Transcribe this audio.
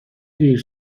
دیر